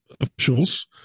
officials